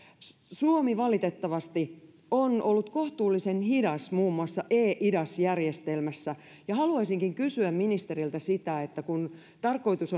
suomi valitettavasti on ollut kohtuullisen hidas muun muassa eidas järjestelmässä ja haluaisinkin kysyä ministeriltä sitä että kun tarkoitus